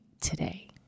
today